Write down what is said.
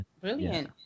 brilliant